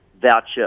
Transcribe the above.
voucher